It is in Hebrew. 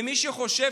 ומי שחושב